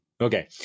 Okay